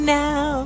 now